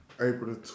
April